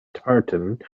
tartan